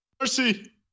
Mercy